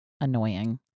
annoying